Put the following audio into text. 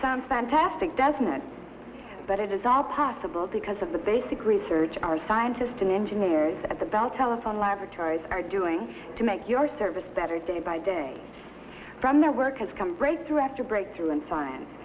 some fantastic does not but it is all possible because of the basic research our scientists and engineers at the bell telephone laboratories are doing to make your service better day by day from their work has come breakthrough after breakthrough in science